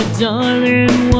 darling